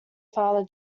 father